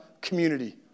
community